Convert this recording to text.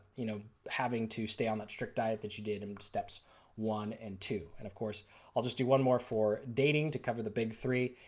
you know having to stay on that strict diet that you did in steps one and two. and of course i'll just do one more for dating to cover the big three.